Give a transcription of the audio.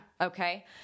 Okay